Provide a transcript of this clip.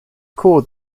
cord